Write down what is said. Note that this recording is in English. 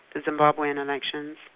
the zimbabwean elections,